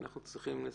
אנחנו צריכים לסיים.